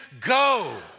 Go